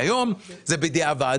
היום זה בדיעבד,